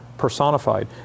Personified